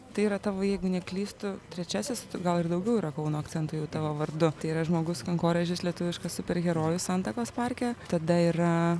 tai yra tavo jeigu neklystu trečiasis gal ir daugiau yra kauno akcentų jau tavo vardu tai yra žmogus kankorėžis lietuviškas superherojus santakos parke tada yra